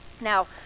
Now